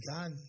God